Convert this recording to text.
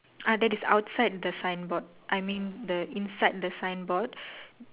ah that is outside the signboard I mean the inside the signboard